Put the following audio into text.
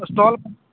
stall